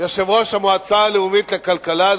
יושב-ראש המועצה הלאומית לכלכלה,